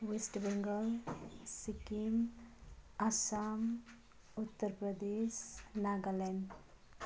West Bengal Sikkim Assam Uttar Pradesh Nagaland